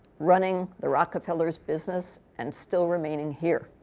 running the rockefeller's business and still remaining here.